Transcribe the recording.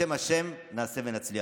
בשם השם נעשה ונצליח.